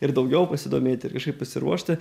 ir daugiau pasidomėti ir kažkaip pasiruošti